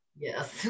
Yes